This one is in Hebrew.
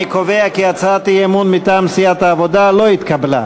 אני קובע כי הצעת האי-אמון מטעם סיעת העבודה לא התקבלה.